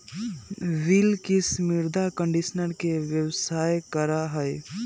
बिलकिश मृदा कंडीशनर के व्यवसाय करा हई